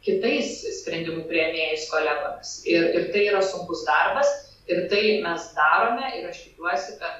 kitais sprendimų priėmėjais kolegomis ir ir tai yra sunkus darbas ir tai mes darome ir aš tikiuosi kad